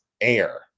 air